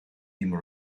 team